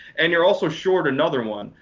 and you're also short another one,